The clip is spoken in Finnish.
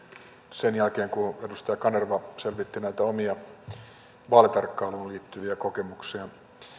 sen jälkeen kun edustaja kanerva selvitti näitä omia vaalitarkkailuun liittyviä kokemuksiaan